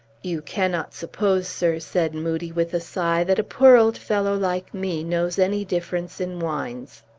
you cannot suppose, sir, said moodie, with a sigh, that a poor old fellow like me knows any difference in wines.